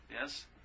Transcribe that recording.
yes